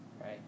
right